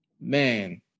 man